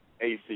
AC